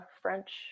French